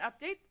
update